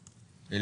החוק.